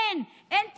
אין, אין תקשורת,